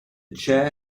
chair